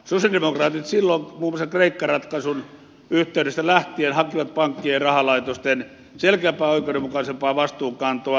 sosialidemokraatit silloin muun muassa kreikka ratkaisun yhteydestä lähtien hakivat pankkien ja rahalaitosten selkeämpää ja oikeudenmukaisempaa vastuunkantoa